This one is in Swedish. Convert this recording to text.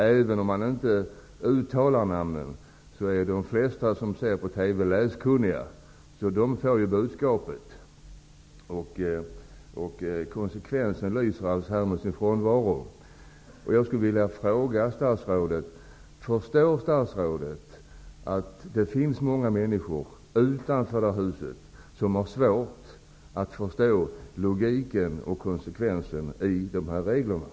Även om man inte uttalar namnen, är de flesta som ser på TV läskunniga, och de får budskapet. Konsekvensen i detta lyser med sin frånvaro.